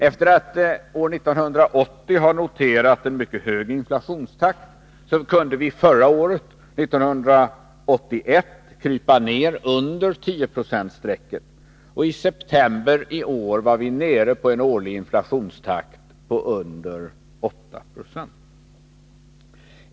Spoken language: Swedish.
Efter att 1980 ha noterat en mycket hög inflationstakt kunde vi under förra året, 1981, krypa ner under tioprocentsstrecket, ochi september i år var vi nere i en årlig inflationstakt på under 8 96.